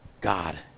God